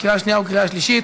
בקריאה שנייה וקריאה שלישית.